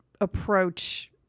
approach